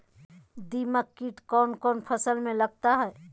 दीमक किट कौन कौन फसल में लगता है?